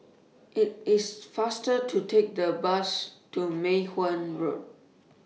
IT IS faster to Take The Bus to Mei Hwan Road